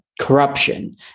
corruption